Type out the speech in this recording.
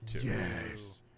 yes